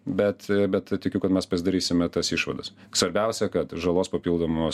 bet bet tikiu kad mes pasidarysime tas išvadas svarbiausia kad žalos papildomos